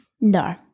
No